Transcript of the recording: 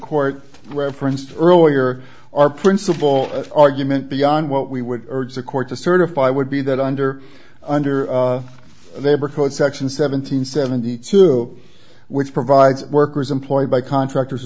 court referenced earlier our principal argument beyond what we would urge the court to certify would be that under under their code section seven hundred seventy two which provides workers employed by contractors